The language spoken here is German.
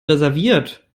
reserviert